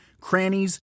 crannies